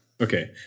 Okay